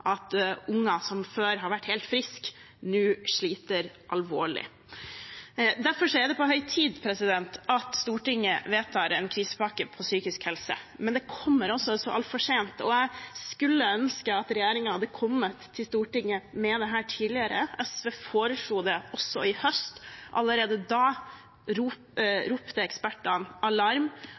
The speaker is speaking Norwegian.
at unger som før har vært helt friske, nå sliter alvorlig. Derfor er det på høy tid at Stortinget vedtar en krisepakke for psykisk helse. Men det kommer så altfor sent, og jeg skulle ønske at regjeringen hadde kommet med dette til Stortinget tidligere. SV foreslo det også i høst, for allerede da slo ekspertene alarm.